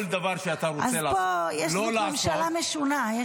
כל דבר שאתה רוצה לא לעשות --- אז פה יש ממשלה משונה.